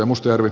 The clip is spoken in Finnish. merkitään